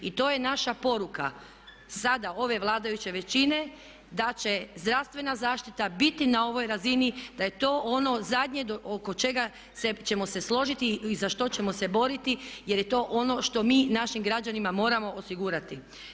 I to je naša poruka, sada ove vladajuće veličine da će zdravstvena zaštita biti na ovoj razini, da je to ono zadnje oko čega ćemo se složiti i za što ćemo se boriti jer je to ono što mi našim građanima moramo osigurati.